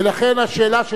השאלה שאשאל,